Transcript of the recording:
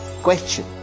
question